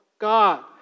God